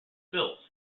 built